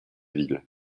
villes